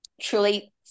truly